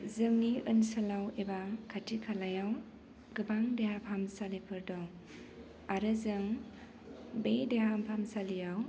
जोंनि ओनसोलाव एबा खाथि खालायाव गोबां देहा फाहामसालिफोर दं आरो जों बे देहा फाहामसालियाव